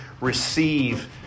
receive